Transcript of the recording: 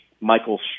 Michael